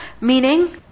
meaning